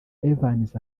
evans